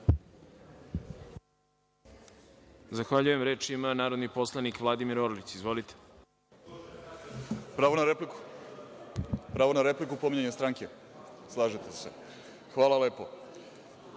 Zahvaljujem. Reč ima narodni poslanik Vladimir Orlić. Izvolite. **Vladimir Orlić** Pravo na repliku, pominjanje stranke. Slažete se? Hvala lepo. Pre